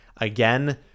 again